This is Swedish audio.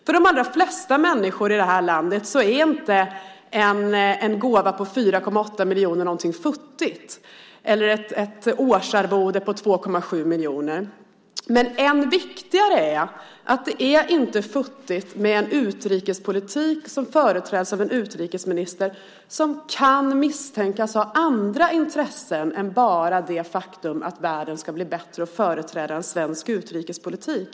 För de allra flesta människor i det här landet är en gåva på 4,8 miljoner eller ett årsarvode på 2,7 miljoner inte någonting futtigt. Men än viktigare är att det inte är futtigt med en utrikespolitik som företräds av en utrikesminister som kan misstänkas ha andra intressen än bara det faktum att världen ska bli bättre och företräda en svensk utrikespolitik.